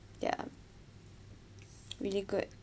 ya really good